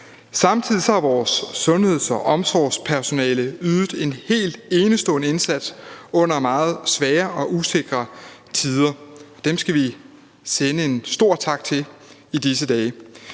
Samtidig har vores sundheds- og omsorgspersonale ydet en helt enestående indsats i meget svære og usikre tider. Dem skal vi sende en stor tak til i disse dage.